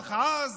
רוח עז."